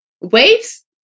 waves